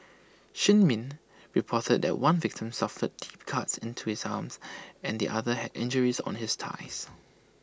shin min reported that one victim suffered deep cuts into his arm and the other had injuries on his thigh